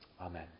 Amen